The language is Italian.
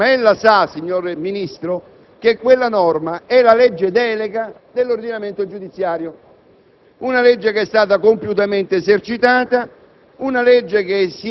con l'abrogazione di questa norma la questione dei passaggi di funzione da requirente a giudicante è completamente sprovvista di disciplina.